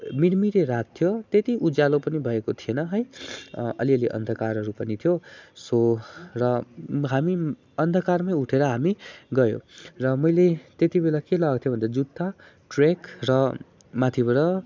मिरमिरे रात थियो त्यति उज्यालो पनि भएको थिएन है अलिअलि अन्धकारहरू पनि थियो सो र हामी अन्धकारमै उठेर हामी गयो र मैले त्यति बेला के लगाएको थिएँ भन्दा जुत्ता ट्र्याक र माथिबाट